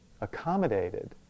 accommodated